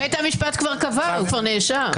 אנחנו נדע מי העבריין ביום חמישי --- את כבר בקריאה השנייה.